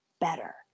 better